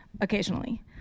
occasionally